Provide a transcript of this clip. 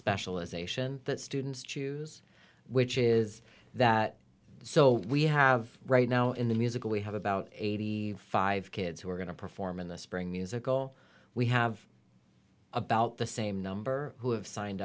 specialization that students choose which is that so we have right now in the musical we have about eighty five kids who are going to perform in the spring musical we have about the same number who have signed